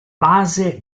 base